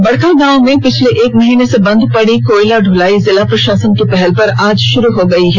बड़कागांव में पिछले एक माह से बंद पड़ी कोयला ढुलाई जिला प्रशासन की पहल पर आज शुरू हो गई है